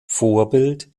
vorbild